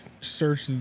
search